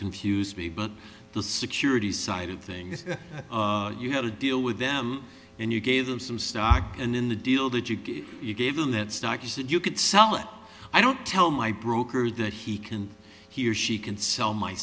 confused me but the security side of things you had to deal with them and you gave them some stock and in the deal that you gave you gave them that stock you said you could sell it i don't tell my broker that he can he or she can sell my